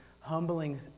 humbling